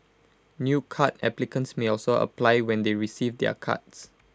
new card applicants may also apply when they receive their cards